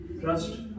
Trust